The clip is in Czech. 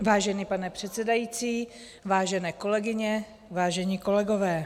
Vážený pane předsedající, vážené kolegyně, vážení kolegové.